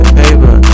paper